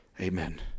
Amen